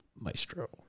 Maestro